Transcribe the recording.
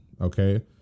okay